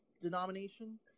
denomination